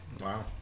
Wow